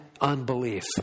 unbelief